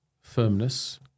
firmness